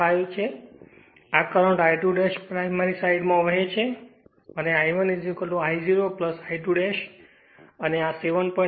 5 છે અને આ કરંટ I2 પ્રાઇમરી સાઈડ માં વહે છે અને I1 I 0 I2 અને આ 7